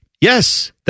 Yes